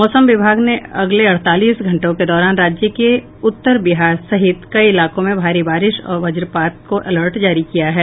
मौसम विभाग ने अगले अड़तालीस घंटों के दौरान राज्य के उत्तर बिहार सहित कई इलाकों में भारी बारिश और वजपात को लेकर अलर्ट जारी किया है